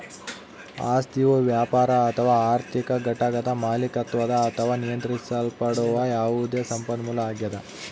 ಆಸ್ತಿಯು ವ್ಯಾಪಾರ ಅಥವಾ ಆರ್ಥಿಕ ಘಟಕದ ಮಾಲೀಕತ್ವದ ಅಥವಾ ನಿಯಂತ್ರಿಸಲ್ಪಡುವ ಯಾವುದೇ ಸಂಪನ್ಮೂಲ ಆಗ್ಯದ